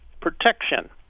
protection